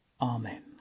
Amen